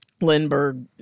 Lindbergh